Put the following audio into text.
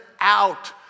out